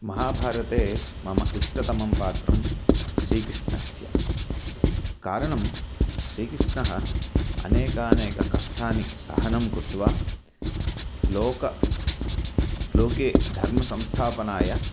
महाभारते मम इष्टतमं पात्रं श्रीकृष्णस्य कारणं श्रीकृष्णः अनेकानेकानि कष्टानि सहनं कृत्वा लोके स लोके धर्मसंस्थापनाय